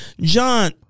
John